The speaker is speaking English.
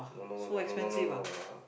no no no no no no no no